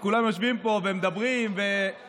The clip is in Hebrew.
כשכולם יושבים פה ומדברים ונואמים,